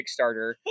Kickstarter